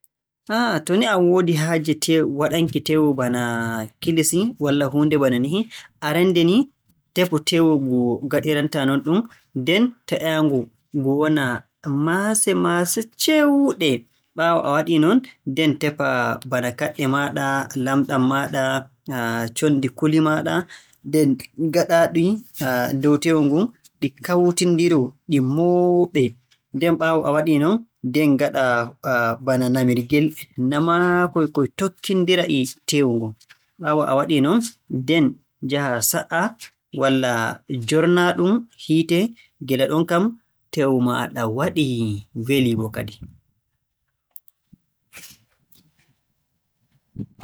Ah, to ni a woodi haaje teew- waɗanki teewu bana kilisi, walla huunde bana nihi, arannde tefu teewu ngu ngaɗirantaa nonɗum. Nden taƴaa-ngu ngu wona maase-maase ceewɗe. Ɓaawo a waɗii non, nden tefa bana kaaɗɗe maaɗa, laamɗam maaɗa, conndi kuli maaɗa, nden gaɗaaɗum dow teewu ngun, ɗi kawtindiroo ɗi mooɓee. Nden ɓaawo a waɗii non, nden ngaɗaa bana namirgel namaa-koy koy tokkindira e teewu ngun. Ɓaawo a waɗii non, nden njahaa sa'aa walla njoornaa-ɗum hiite. Gila ɗon kam, teewu maaɗa waɗii, welii boo kadi.